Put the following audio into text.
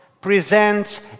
presents